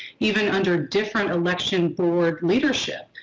even under different election board leadership.